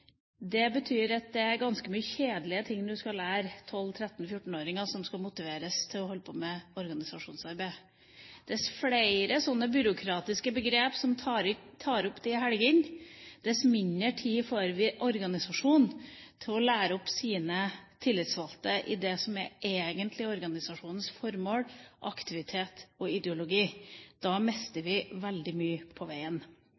Det betyr at det er ganske mye kjedelige ting du skal lære 12–13–14-åringer som skal motiveres til å holde på med organisasjonsarbeid. Dess flere slike byråkratiske begrep som opptar helgene, dess mindre tid får organisasjonene til å lære opp sine tillitsvalgte i det som egentlig er organisasjonenes formål: aktivitet og ideologi. Da mister vi veldig mye på veien.